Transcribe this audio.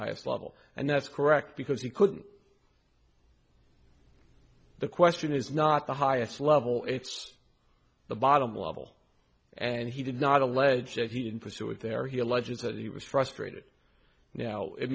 highest level and that's correct because he couldn't the question is not the highest level it's the bottom level and he did not allege that he didn't pursue it there he alleges that he was frustrated now it